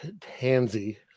tansy